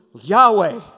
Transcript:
Yahweh